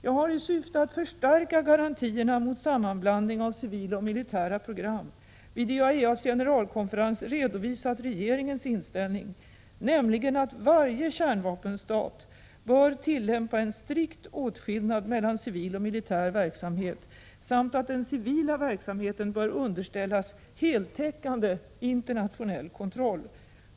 Jag har i syfte att förstärka garantierna mot sammanblandning av civila och militära program vid IAEA:s generalkonferens redovisat regeringens inställning, nämligen att varje kärnvapenstat bör tillämpa en strikt åtskillnad mellan civil och militär verksamhet, samt att den civila verksamheten bör underställas heltäckande internationell kontroll.